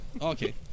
Okay